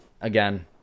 Again